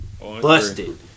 busted